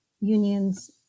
unions